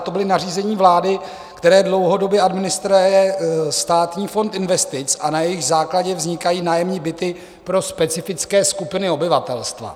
To byla nařízení vlády, která dlouhodobě administruje Státní fond investic, a na jejich základě vznikají nájemní byty pro specifické skupiny obyvatelstva.